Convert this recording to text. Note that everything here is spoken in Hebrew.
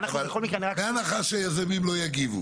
ואנחנו בכל מקרה --- בהנחה שיזמים לא יגיבו.